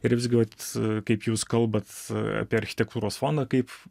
ir visgi vat kaip jūs kalbat apie architektūros fondą kaip